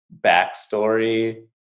backstory